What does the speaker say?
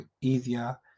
easier